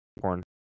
porn